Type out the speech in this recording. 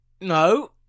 No